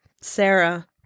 Sarah